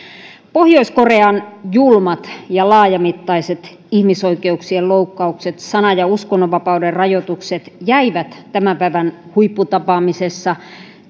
pohjois korean julmat ja laajamittaiset ihmisoikeuksien loukkaukset myös sanan ja uskonnonvapauden rajoitukset jäivät tämän päivän huipputapaamisessa